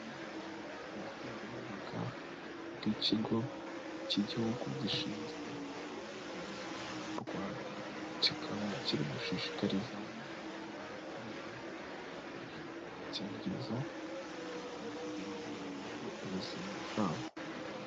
Ubukangurambaga bw'ikigo cy'igihugu gishinzwe ubuzima mu Rwanda. Kikaba kiri gushishikariza abaturage gukoresha agakingirizo, kugira ngo barinde ubuzima bwabo.